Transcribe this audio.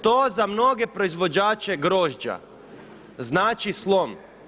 To za mnoge proizvođače grožđa znači slom.